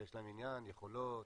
שיש להם עניין, יכולות,